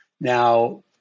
Now